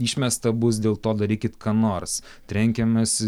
išmesta bus dėl to darykit ką nors trenkiamės